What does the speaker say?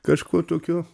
kažko tokio